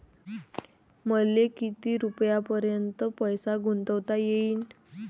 मले किती रुपयापर्यंत पैसा गुंतवता येईन?